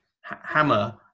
Hammer